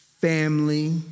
family